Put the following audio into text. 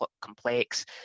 complex